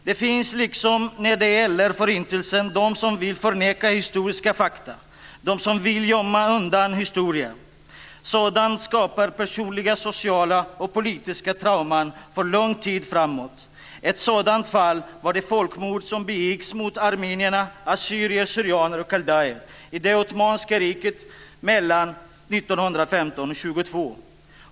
Det finns, liksom när det gäller Förintelsen, de som vill förneka historiska fakta, de som vill gömma undan historien. Sådant skapar personliga, sociala och politiska trauman för lång tid framåt. Ett sådant fall var det folkmord som begicks mot armenierna, assyrier/syrianer och kaldéer i det ottomanska riket mellan 1915 och 1922.